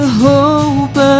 hope